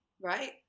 Right